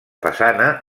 façana